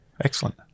Excellent